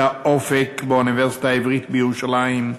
"תא אופק", באוניברסיטה העברית בירושלים,